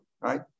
right